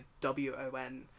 W-O-N